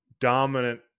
dominant